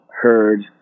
heard